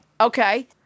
Okay